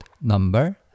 number